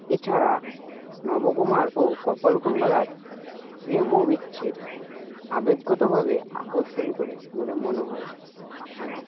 এছাড়া নবকুমার ও কপালকুণ্ডলার প্রেম ও বিচ্ছেদ আবেগগতভাবে আকর্ষণ করে বলে মনে হয় আমার